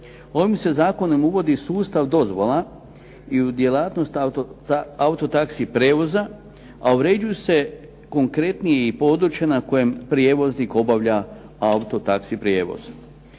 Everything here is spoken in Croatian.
Ovim se Zakonom uvodi sustav dozvola i u djelatnost auto taxi prijevoza a uređuju se konkretnije i područja na kojem prijevoznik obavlja auto taxi prijevoz.